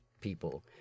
people